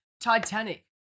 Titanic